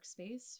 workspace